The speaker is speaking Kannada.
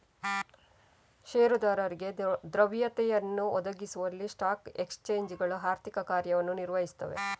ಷೇರುದಾರರಿಗೆ ದ್ರವ್ಯತೆಯನ್ನು ಒದಗಿಸುವಲ್ಲಿ ಸ್ಟಾಕ್ ಎಕ್ಸ್ಚೇಂಜುಗಳು ಆರ್ಥಿಕ ಕಾರ್ಯವನ್ನು ನಿರ್ವಹಿಸುತ್ತವೆ